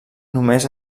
només